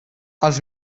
els